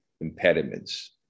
impediments